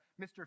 mr